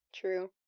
True